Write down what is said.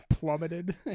plummeted